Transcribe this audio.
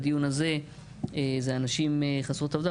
בדיון הזה זה הנשים חסרות מעמד.